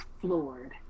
floored